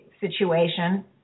situation